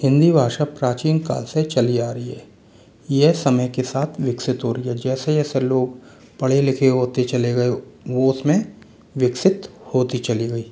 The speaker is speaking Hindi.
हिंदी भाषा प्राचीन काल से चली आ रही है यह समय के साथ विकसित हो रही है जैसे जैसे लोग पढ़े लिखे होते चले गये वो उसमें विकसित होती चली गयी